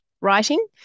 writing